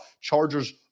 chargers